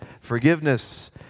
forgiveness